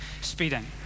speeding